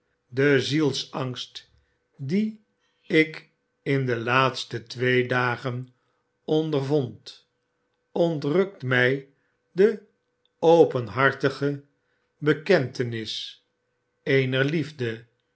de zielsangst dien ik in de laatste twee dagen ondervond ontrukt mij de openhartige bekentenis eener liefde